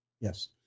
Yes